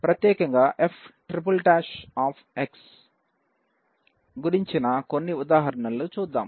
ప్రత్యేకంగా f"' గురుంచిన కొన్ని ఉదాహరణలు చూద్దాం